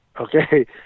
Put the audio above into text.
Okay